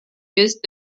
used